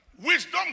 Wisdom